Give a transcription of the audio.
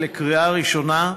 לקריאה ראשונה.